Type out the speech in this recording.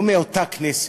לא מאותה כנסת.